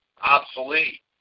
obsolete